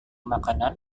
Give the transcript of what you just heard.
makanan